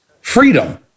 freedom